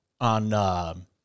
on